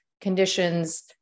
conditions